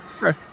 Right